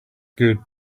good